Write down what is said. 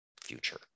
future